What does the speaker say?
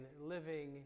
living